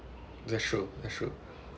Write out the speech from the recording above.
that's true that's true